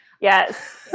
Yes